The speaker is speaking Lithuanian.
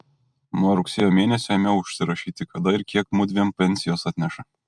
nuo rugsėjo mėnesio ėmiau užsirašyti kada ir kiek mudviem pensijos atneša